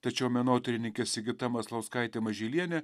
tačiau menotyrininkė sigita maslauskaitė mažylienė